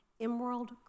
emerald